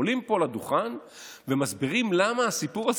עולים פה לדוכן ומסבירים את הסיפור הזה